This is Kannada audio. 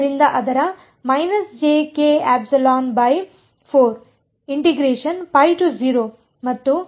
ಆದ್ದರಿಂದ ಅದರ ಮತ್ತು